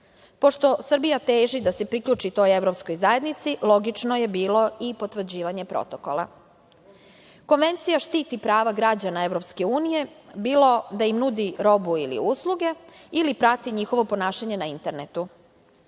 Pošto Srbija teži da se priključi toj evropskoj zajednici, logično je bilo i potvrđivanje Protokola. Konvencija štiti prava građana EU, bilo da im nudi robu ili usluge ili prati njihovo ponašanje na internetu.